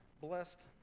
blessed